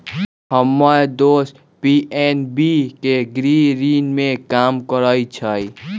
हम्मर दोस पी.एन.बी के गृह ऋण में काम करइ छई